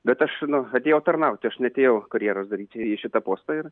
bet aš nu atėjau tarnauti aš neatėjau karjeros daryti į šitą postą ir